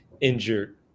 injured